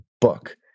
book